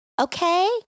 Okay